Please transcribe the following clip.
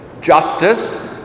justice